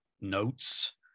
notes